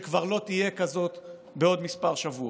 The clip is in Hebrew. שכבר לא תהיה כזאת בעוד כמה שבועות.